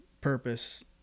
purpose